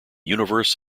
universe